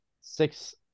six